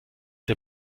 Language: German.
der